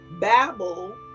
Babel